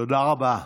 תודה רבה.